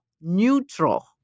neutral